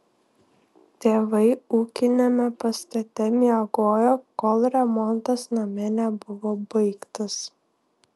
tėvai ūkiniame pastate miegojo kol remontas name nebuvo baigtas